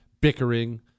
bickering